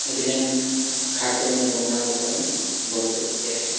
ଇଥିଲାଗି ମୁଇଁ ଖାସ୍ କରି ମୁଇଁ ଡଙ୍ଗା ବସ୍ବାର୍ଲାଗି ବହୁତ୍ ଯାଏସି